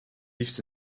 liefst